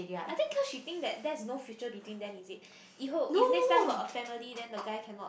I think cause she think that there's no future between them is it 以后 if next time have a family then the guy cannot